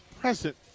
present